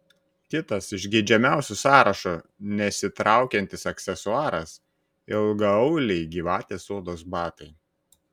kitas iš geidžiamiausiųjų sąrašo nesitraukiantis aksesuaras ilgaauliai gyvatės odos batai